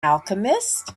alchemist